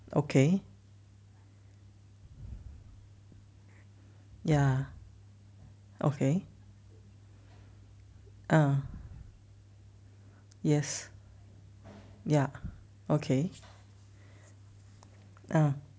okay ya okay ah yes ya okay ah